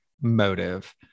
motive